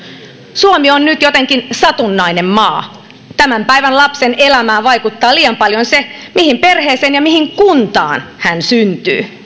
suomi on nyt jotenkin satunnainen maa tämän päivän lapsen elämään vaikuttaa liian paljon se mihin perheeseen ja mihin kuntaan hän syntyy